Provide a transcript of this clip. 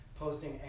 posting